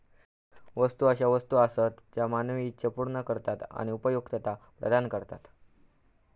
वस्तू अशा वस्तू आसत ज्या मानवी इच्छा पूर्ण करतत आणि उपयुक्तता प्रदान करतत